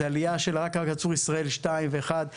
זו עלייה לארץ של צור ישראל 1 ו-2,